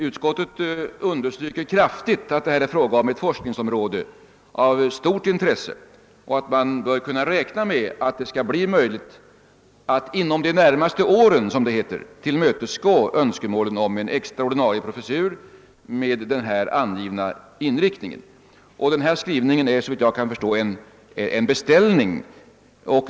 Utskottet understryker kraftigt att det här är fråga om ett forskningsområde av stort intresse och att man bör kunna räkna med att det skall bli möjligt att — som det heter — inom de närmaste åren tillmötesgå önskemålen om en e.o. professur med den angivna inriktningen. Den skrivningen innebär såvitt jag förstår en beställning.